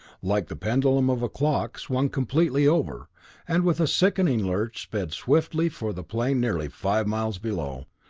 like the pendulum of a clock swung completely over and with a sickening lurch sped swiftly for the plain nearly five miles below.